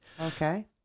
Okay